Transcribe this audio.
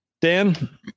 Dan